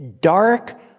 dark